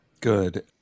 Good